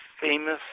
famous